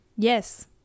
Yes